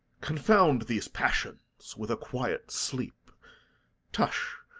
confound these passions with a quiet sleep tush,